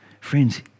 Friends